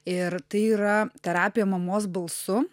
ir tai yra terapija mamos balsu